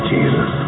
Jesus